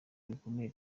bikomeye